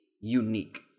unique